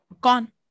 Gone